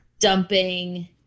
dumping